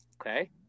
Okay